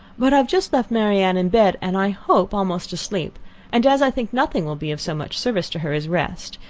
but i have just left marianne in bed, and, i hope, almost asleep and as i think nothing will be of so much service to her as rest,